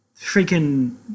freaking